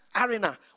arena